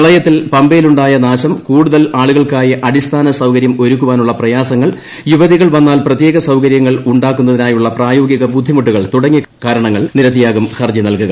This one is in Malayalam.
പ്രളയത്തിൽ പമ്പയിലു ായ നാശം കൂടുതൽ ആളുകൾക്കായി അടിസ്ഥാന സൌകര്യമൊരുക്കാനുള്ള പ്രയാസങ്ങൾ യുവതികൾ വന്നാൽ പ്രത്യേക സൌകര്യങ്ങൾ ഉ ാക്കുന്നതിനുള്ള പ്രായോഗിക ബുദ്ധിമുട്ടുകൾ തുടങ്ങിയ കാരണങ്ങൾ നിരത്തിയാകും ഹർജി നൽകുക